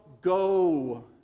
go